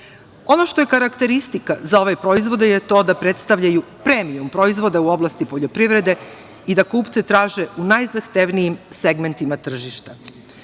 što je karakteristika za ove proizvode je to da predstavljaju premijum proizvoda u oblasti poljoprivrede i da kupce traže u najzahtevnijim segmentima tržišta.